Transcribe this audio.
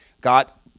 got